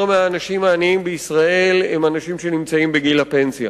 מהאנשים העניים בישראל הם אנשים בגיל הפנסיה,